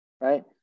Right